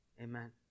Amen